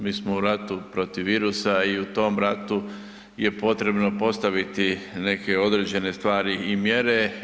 Mi smo u ratu protiv virusa i u tom ratu je potrebno postaviti neke određene stvari i mjere.